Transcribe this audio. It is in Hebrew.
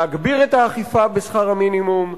להגביר את האכיפה בשכר המינימום,